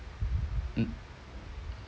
mm